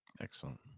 Excellent